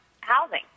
housing